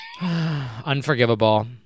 Unforgivable